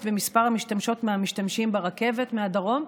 במספר המשתמשות והמשתמשים ברכבת מהדרום,